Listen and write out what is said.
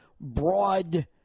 broad